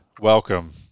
welcome